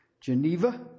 Geneva